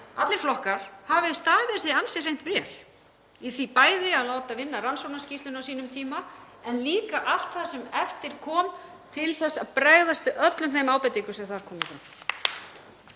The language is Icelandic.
allir flokkar, hafi staðið sig ansi hreint vel í því, bæði að láta vinna rannsóknarskýrsluna á sínum tíma en líka allt það sem á eftir kom til að bregðast við öllum þeim ábendingum sem þar komu fram.